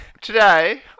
today